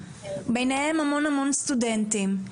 ביניהם המון סטודנטים,